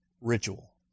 ritual